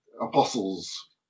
apostles